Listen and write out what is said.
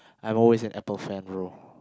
I'm always an Apple fan bro